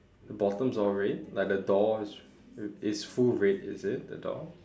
the bottom's all red like the door it's it's full red is it the door